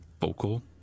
vocal